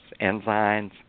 enzymes